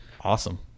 Awesome